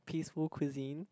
peaceful cuisine